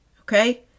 Okay